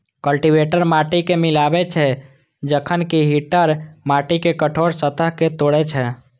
cultivator माटि कें मिलाबै छै, जखन कि टिलर माटिक कठोर सतह कें तोड़ै छै